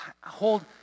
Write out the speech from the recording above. hold